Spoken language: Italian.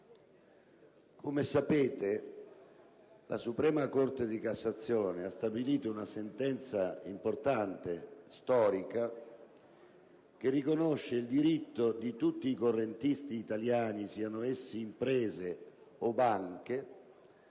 Come sapete, la Suprema corte di cassazione ha emesso una sentenza importante, direi storica, che riconosce il diritto di tutti i correntisti italiani, siano essi imprese o